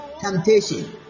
temptation